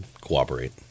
cooperate